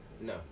no